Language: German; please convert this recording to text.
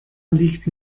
liegt